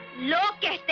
look at